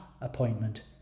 appointment